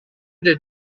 did